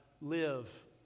live